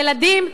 ילדים,